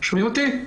שומעים אותי?